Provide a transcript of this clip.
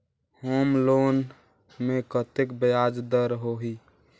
Home loan मे कतेक ब्याज दर होही?